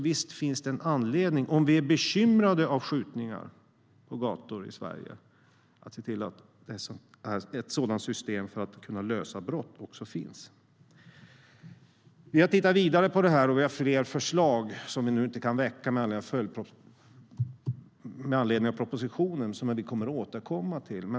Visst finns det anledning om vi är bekymrade av skjutningarna på gatorna i Sverige att se till att det också finns ett system för att lösa sådana brott. Vi har tittat vidare på det här, och vi har fler förslag som vi inte kan väcka nu med anledning av propositionen men som vi kommer att återkomma till.